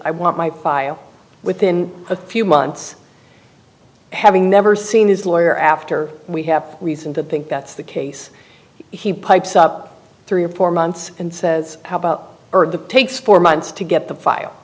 i want my file within a few months having never seen his lawyer after we have reason to think that's the case he pipes up three or four months and says how about the takes four months to get the file